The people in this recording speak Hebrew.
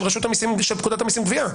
של פקודת המיסים (גבייה)